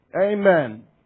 Amen